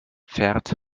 fährt